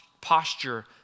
posture